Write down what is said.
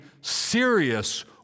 serious